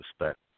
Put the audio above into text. respect